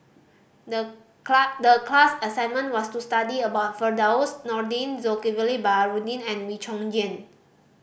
the the class assignment was to study about Firdaus Nordin Zulkifli Baharudin and Wee Chong Jin